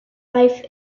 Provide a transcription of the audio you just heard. life